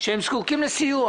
שזקוקים לסיוע.